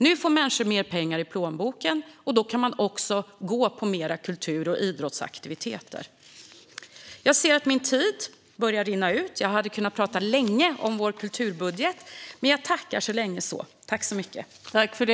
Nu får människor mer pengar i plånboken, och då kan de också gå på fler kultur och idrottsaktiviteter. Jag ser att min talartid börjar rinna ut. Jag hade kunnat tala länge om vår kulturbudget, men jag tackar så mycket så länge.